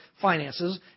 finances